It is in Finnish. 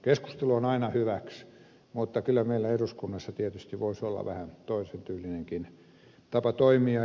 keskustelu on aina hyväksi mutta kyllä meillä eduskunnassa tietysti voisi olla vähän toisen tyylinenkin tapa toimia